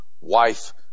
wife